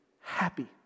happy